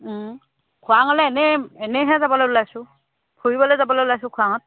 খোৱাঙলে এনেই এনেহে যাবলে ওলাইছোঁ ফুৰিবলে যাবলে ওলাইছোঁ খোৱাঙত